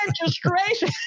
registration